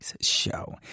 show